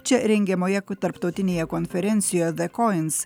čia rengiamoje tarptautinėje konferencijoje dekoins